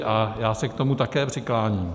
A já se k tomu také přikláním.